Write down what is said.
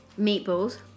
meatballs